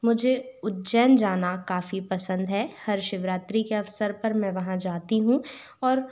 मुझे उज्जैन जाना काफ़ी पसंद है हर शिवरात्रि के अवसर पर मैं वहाँ जाती हूँ और